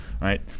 right